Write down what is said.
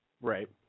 Right